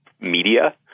media